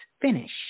Finish